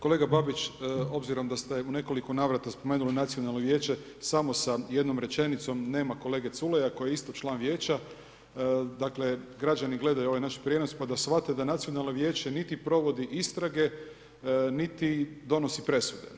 Kolega Babić, obzirom da ste u nekoliko navrata spomenuli nacionalno vijeće samo sam jednom rečenicom, nema kolege Culeja koji je isto član vijeća, dakle građani gledaju ovaj naš prijenos pa da shvate da nacionalno vijeće niti provodi istrage, niti donosi presude.